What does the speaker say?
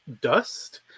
dust